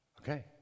Okay